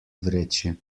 vreči